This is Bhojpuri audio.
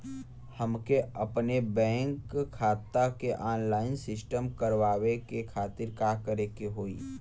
हमके अपने बैंक खाता के ऑनलाइन सिस्टम करवावे के खातिर का करे के होई?